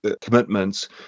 commitments